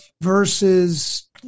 versus